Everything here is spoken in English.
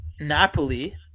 Napoli